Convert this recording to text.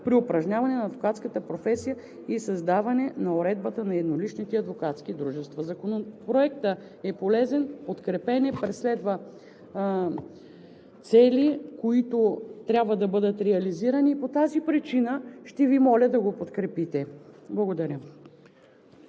при упражняване на адвокатската професия и създаване на уредбата на едноличните адвокатски дружества. Законопроектът е полезен, подкрепен е, преследва цели, които трябва да бъдат реализирани, и по тази причина ще Ви моля да го подкрепите. Благодаря.